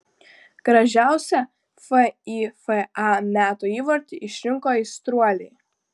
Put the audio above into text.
gražiausią fifa metų įvartį išrinko aistruoliai